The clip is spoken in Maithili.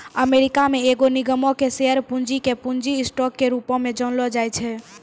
अमेरिका मे एगो निगमो के शेयर पूंजी के पूंजी स्टॉक के रूपो मे जानलो जाय छै